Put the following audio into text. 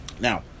Now